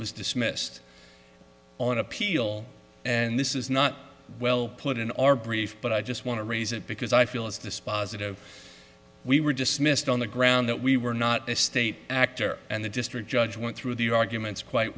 was dismissed on appeal and this is not well put in our brief but i just want to raise it because i feel as dispositive we were just missed on the ground that we were not a state actor and the district judge went through the arguments quite